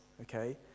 okay